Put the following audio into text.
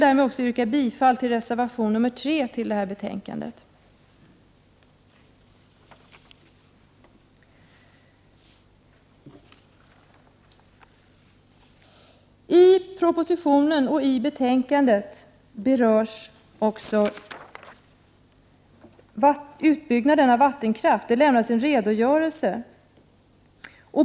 Därmed yrkar jag bifall till reservation nr 3 I propositionen lämnas en redogörelse när det gäller utbyggnaden av vattenkraft.